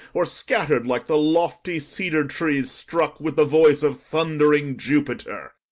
or scatter'd like the lofty cedar-trees struck with the voice of thundering jupiter.